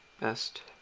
Best